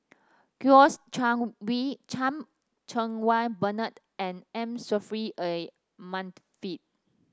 Kouo Chan We Chan Cheng Wah Bernard and M Saffri A Manaf